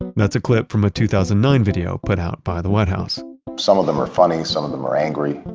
that's a clip from a two thousand and nine video put out by the white house some of them are funny, some of them are angry.